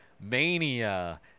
mania